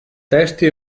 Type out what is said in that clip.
testi